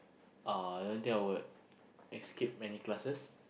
uh I don't think I would escape many classes